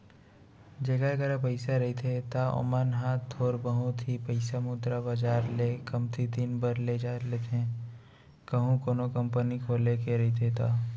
जेखर करा पइसा रहिथे त ओमन ह थोर बहुत ही पइसा मुद्रा बजार ले कमती दिन बर ले लेथे कहूं कोनो कंपनी खोले के रहिथे ता